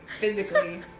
physically